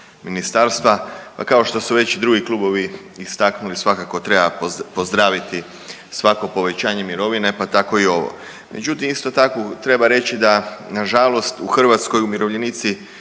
ministarstva, pa kao što su već i drugi klubovi istaknuli svakako treba pozdraviti svako povećanje mirovine pa tako i ovo. Međutim, isto tako treba reći da nažalost u Hrvatskoj umirovljenici